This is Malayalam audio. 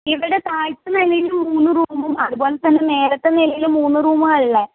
ഇവിടെ താഴത്തെ നിലയിൽ മൂന്ന് റൂമും അതുപോലെ തന്നെ മേലത്തെ നിലയിൽ മൂന്ന് റൂമാള്ളേ